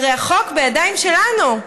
הרי החוק בידיים שלנו.